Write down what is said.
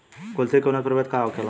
कुलथी के उन्नत प्रभेद का होखेला?